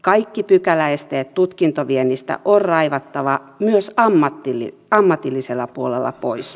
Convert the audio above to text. kaikki pykäläesteet tutkintoviennistä on raivattava myös ammatillisella puolella pois